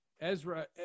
Ezra